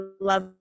love